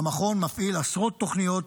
והמכון מפעיל עשרות תוכניות,